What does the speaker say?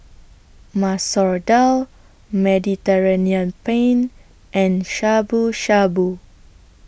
Masoor Dal Mediterranean Penne and Shabu Shabu